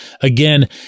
again